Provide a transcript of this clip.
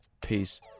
peace